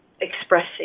expressing